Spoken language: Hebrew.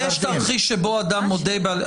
יש תרחיש בו אדם מודה.